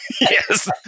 Yes